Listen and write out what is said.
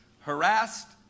Harassed